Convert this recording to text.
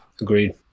Agreed